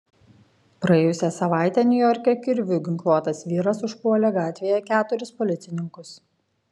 praėjusią savaitę niujorke kirviu ginkluotas vyras užpuolė gatvėje keturis policininkus